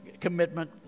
commitment